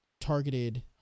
targeted